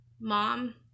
Mom